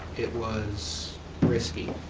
it was risky.